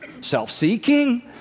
self-seeking